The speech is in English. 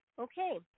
Okay